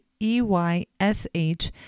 EYSH